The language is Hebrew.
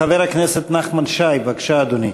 חבר הכנסת נחמן שי, בבקשה, אדוני,